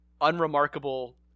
unremarkable